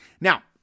Now